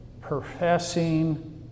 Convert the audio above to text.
professing